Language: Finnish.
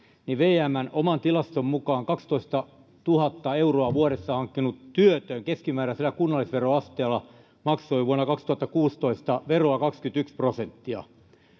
niin vmn oman tilaston mukaan kaksitoistatuhatta euroa vuodessa hankkinut työtön maksoi keskimääräisellä kunnallisveroasteella vuonna kaksituhattakuusitoista veroa kaksikymmentäyksi prosenttia